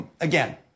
Again